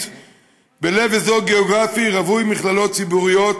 בלב אזור גיאוגרפי רווי מכללות ציבוריות